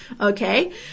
okay